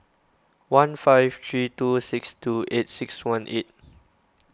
one five three two six two eight six one eight